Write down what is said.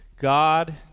God